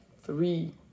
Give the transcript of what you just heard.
three